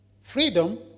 freedom